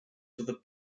for